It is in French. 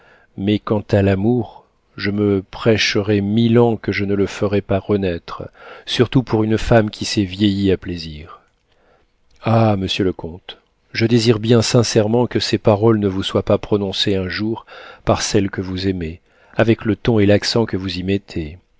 mais quant à l'amour je me prêcherais mille ans que je ne le ferais pas renaître surtout pour une femme qui s'est vieillie à plaisir ah monsieur le comte je désire bien sincèrement que ces paroles ne vous soient pas prononcées un jour par celle que vous aimez avec le ton et l'accent que vous y mettez